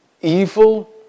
evil